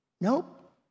nope